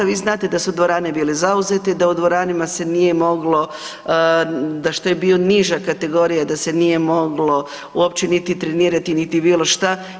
Vi znate da su dvorane bile zauzete, da u dvoranama se nije moglo da što je bio niža kategorija da se nije moglo uopće niti trenirati niti bilo što.